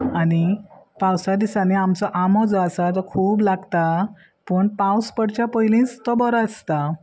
आनी पावसा दिसांनी आमचो आंबो जो आसा तो खूब लागता पूण पावस पडच्या पयलींच तो बरो आसता